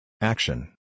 Action